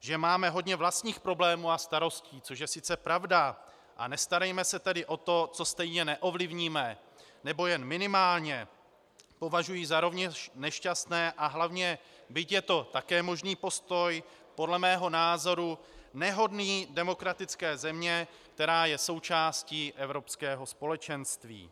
že máme hodně vlastních problémů a starostí, což je sice pravda, a nestarejme se tedy o to, co stejně neovlivníme, nebo jen minimálně, považuji za rovněž nešťastné a hlavně, byť je to také možný postoj, podle mého názoru nehodné demokratické země, která je součástí Evropského společenství.